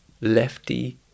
lefty